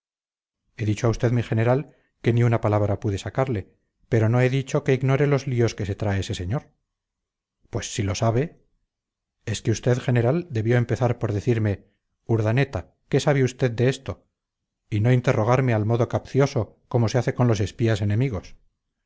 he dicho a usted mi general que ni una palabra pude sacarle pero no he dicho que ignore los líos que se trae ese señor pues si lo sabe es que usted general debió empezar por decirme urdaneta qué sabe usted de esto y no interrogarme al modo capcioso como se hace con los espías enemigos